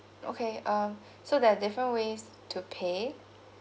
okay um so there are different ways to pay